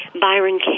byron